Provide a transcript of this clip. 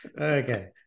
Okay